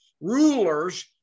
rulers